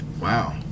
Wow